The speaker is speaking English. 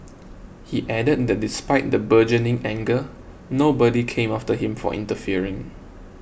he added that despite the burgeoning anger nobody came after him for interfering